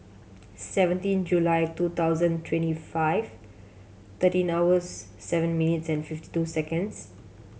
seventeen July two thousand twenty five twenty hours seven minutes and fifty two seconds